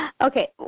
okay